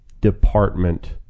department